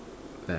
like